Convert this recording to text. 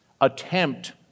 Attempt